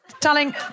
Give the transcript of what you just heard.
darling